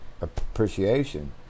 appreciation